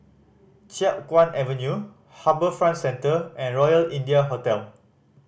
Chiap Guan Avenue HarbourFront Centre and Royal India Hotel